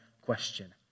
question